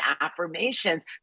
affirmations